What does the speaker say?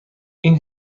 این